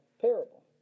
parable